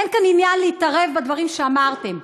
אין כאן עניין להתערב בדברים שאמרתם,